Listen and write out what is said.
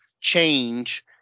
change